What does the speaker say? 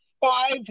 five